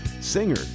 Singer